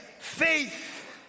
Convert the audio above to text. faith